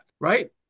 Right